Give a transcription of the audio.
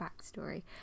backstory